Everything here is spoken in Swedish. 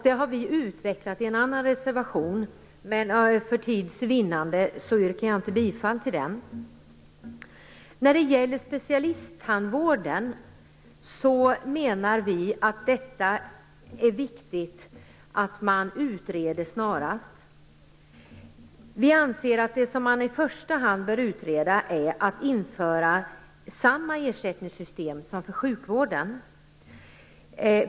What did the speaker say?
Vi har utvecklat detta i en annan reservation, men för tids vinnande yrkar jag inte bifall till den. När det gäller specialisttandvården menar vi att det är viktigt att man snarast utreder detta. Vi anser att det som man i första hand bör utreda är att införa samma ersättningssystem som för sjukvården.